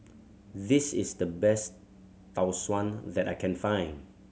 this is the best Tau Suan that I can find